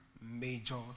major